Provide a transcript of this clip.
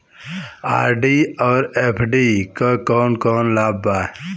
RD और FD क कौन कौन लाभ बा?